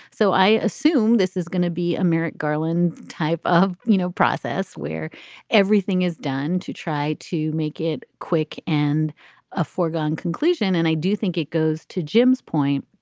so i assume this is going to be a merrick garland type of, you know, process where everything is done to try to make it quick and a foregone conclusion. and i do think it goes to jim's point,